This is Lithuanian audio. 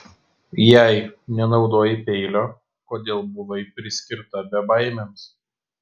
jei nenaudojai peilio kodėl buvai priskirta bebaimiams